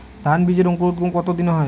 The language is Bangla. ধান বীজের অঙ্কুরোদগম কত দিনে হয়?